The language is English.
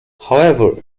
however